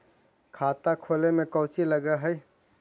खाता खोले में कौचि लग है?